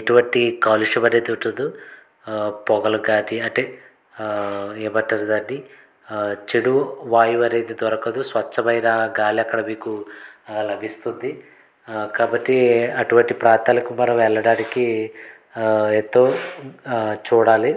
ఎటువంటి కాలుష్యం అనేది ఉండదు పొగలు కానీ అంటే ఏమంటారు దాన్ని చెడు వాయువు అనేది దొరకదు స్వచ్ఛమైన గాలి అక్కడ మీకు లభిస్తుంది కాబట్టి అటువంటి ప్రాంతాలకు మనం వెళ్ళడానికి ఎంతో చూడాలి